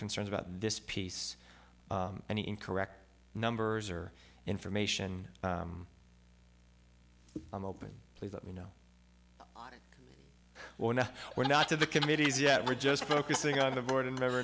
concerns about this piece and in correct numbers or information i'm open please let me know on or not we're not to the committees yet we're just focusing on the board member